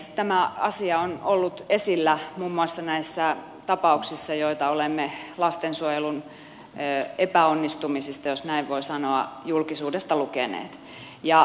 tämä asia on ollut esillä muun muassa näissä tapauksissa joista olemme lastensuojelun epäonnistumisista jos näin voi sanoa julkisuudesta lukeneet